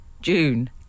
June